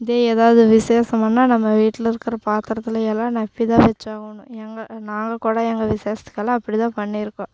இதே எதாவது விசேஷம்னா நம்ம வீட்டில் இருக்கிற பாத்திரத்துலயெல்லாம் ராெப்பி தான் வைச்சாகணும் எங்கே நாங்கள் கூட எங்கள் விசேஷத்துக்கெல்லாம் அப்படி தான் பண்ணியிருக்கோம்